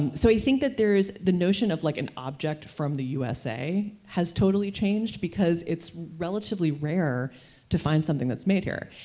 so i think that there's the notion of like an object from the usa has totally changed, because it's relatively rare to find something that's made here,